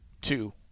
two